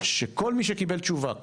שכל מי שקיבל תשובה כלשהי,